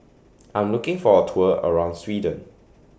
I'm looking For A Tour around Sweden